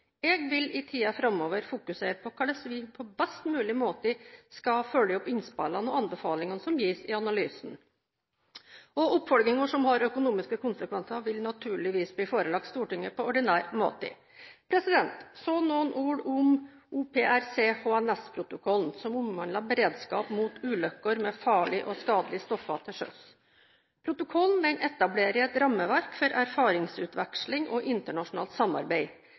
Jeg vil i tiden framover fokusere på hvordan vi på best mulig måte kan følge opp innspillene og anbefalingene som gis i analysen. Oppfølginger som har økonomiske konsekvenser, vil naturligvis bli forelagt Stortinget på ordinær måte. Så noen ord om OPRC-HNS-protokollen, som omhandler beredskap mot ulykker med farlige og skadelige stoffer til sjøs. Protokollen etablerer et rammeverk for erfaringsutveksling og internasjonalt samarbeid.